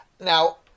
Now